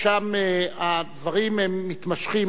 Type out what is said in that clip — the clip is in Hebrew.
ושם הדברים הם מתמשכים,